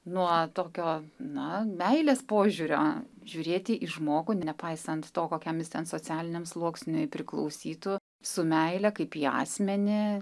nuo tokio na meilės požiūrio žiūrėti į žmogų nepaisant to kokiam jis ten socialiniam sluoksniui priklausytų su meile kaip į asmenį